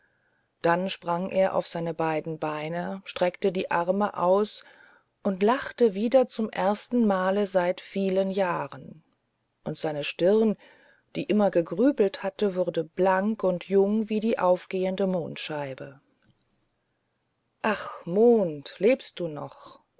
dann sprang er auf